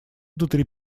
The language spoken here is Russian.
внутри